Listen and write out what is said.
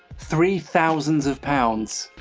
three thousands of pounds.